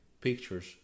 pictures